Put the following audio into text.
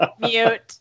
Mute